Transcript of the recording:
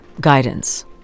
guidance